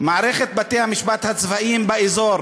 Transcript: מערכת בתי-המשפט הצבאיים באזור